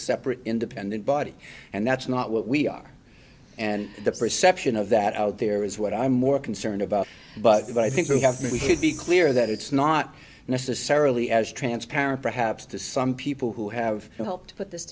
separate independent body and that's not what we are and the perception of that out there is what i'm more concerned about but i think you have to be clear that it's not necessarily as transparent perhaps to some people who have helped put this